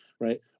right